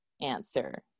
answer